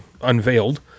unveiled